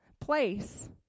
place